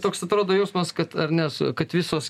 toks atrodo jausmas kad ar nes kad visos